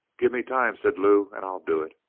gimme time, said lew, and i'll do it.